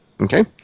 Okay